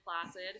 Placid